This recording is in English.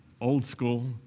old-school